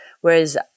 Whereas